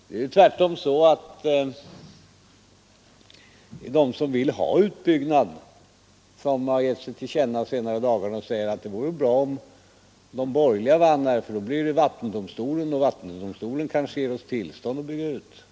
Det är tvärtom så, att de som vill ha utbyggnad har gett sig till känna under de senaste dagarna och sagt att det skulle vara bra om de borgerliga vann voteringen, eftersom det då blir vattendomstolen som får avgörandet, och vattendomstolen kanske ger tillstånd att bygga ut älven.